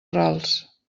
rals